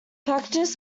packages